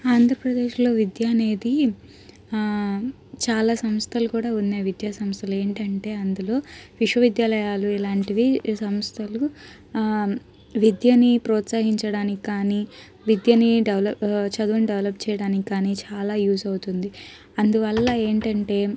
ఆంధ్రప్రదేశ్లో విద్య అనేది చాలా సంస్థలు కూడా ఉన్నా విద్యాసంస్థలు ఏంటంటే అందులో విశ్వవిద్యాలయాలు ఇలాంటివి ఈ సంస్థలు విద్యని ప్రోత్సహించడానికి కాని విద్యని డెవలప్ చదువుని డెవలప్ చేయటానికి కాని చాలా యూస్ అవుతుంది అందువల్ల ఏంటంటే